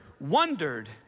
wondered